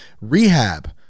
rehab